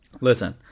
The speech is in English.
Listen